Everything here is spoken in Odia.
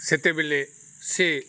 ସେତେବେଳେ ସେ